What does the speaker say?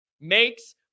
makes